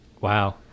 wow